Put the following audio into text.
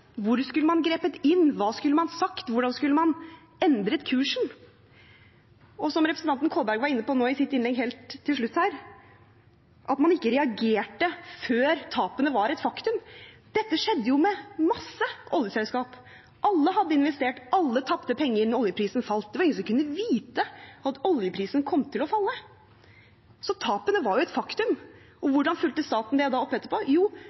Hvor skulle man grepet inn? Hva skulle man sagt? Hvordan skulle man endret kursen? Representanten Kolberg var i sitt innlegg helt til slutt her inne på at man ikke reagerte før tapene var et faktum. Dette skjedde med mange oljeselskap. Alle hadde investert, alle tapte penger da oljeprisen falt. Det var ingen som kunne vite at oljeprisen kom til å falle. Så tapene var et faktum. Og hvordan fulgte staten det opp etterpå? Jo,